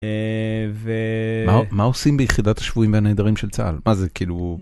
מה עושים ביחידת השבויים והנעדרים של צה״ל מה זה כאילו.